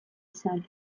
izan